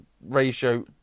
ratio